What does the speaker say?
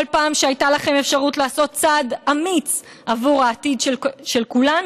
כל פעם שהייתה לכם אפשרות לעשות צעד אמיץ עבור העתיד של כולנו,